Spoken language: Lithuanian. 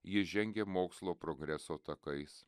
jis žengia mokslo progreso takais